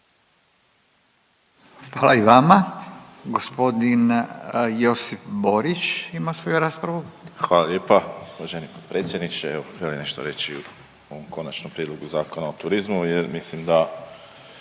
Hvala i vama. Gospodin Josip Borić ima svoju raspravu. **Borić, Josip (HDZ)** Hvala lijepa. Uvaženi potpredsjedniče evo želim nešto reći u ovom konačnom prijedlogu Zakona o turizmu, jer mislim da